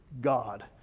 God